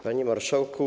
Panie Marszałku!